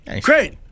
Great